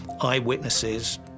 eyewitnesses